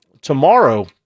Tomorrow